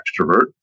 extrovert